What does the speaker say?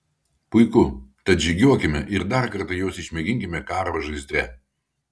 puiku tad žygiuokime ir dar kartą juos išmėginkime karo žaizdre